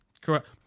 Correct